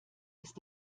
ist